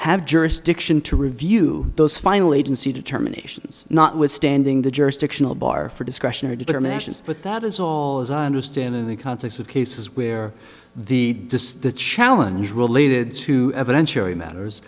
have jurisdiction to review those final agency determinations notwithstanding the jurisdictional bar for discretionary determinations but that is all as i understand in the context of cases where the just the challenge related to eventually matters